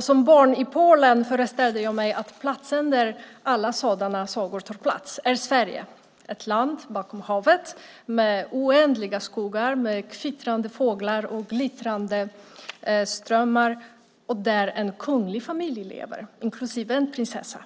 Som barn i Polen föreställde jag mig att platsen där alla sådana sagor ägde rum var Sverige - ett land bortom havet med oändliga skogar, kvittrande fåglar, glittrande strömmar. Och där levde en kunglig familj, inklusive en prinsessa.